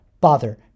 bother